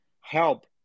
help